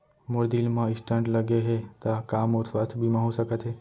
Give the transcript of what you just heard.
मोर दिल मा स्टन्ट लगे हे ता का मोर स्वास्थ बीमा हो सकत हे?